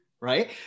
right